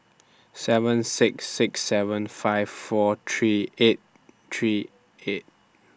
seven six six seven five four three eight three eight